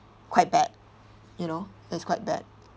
quite bad you know is quite bad